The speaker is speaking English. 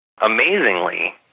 Amazingly